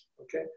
okay